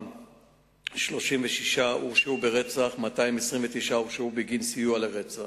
2. כמה מהם הורשעו ברצח או בסיוע לרצח?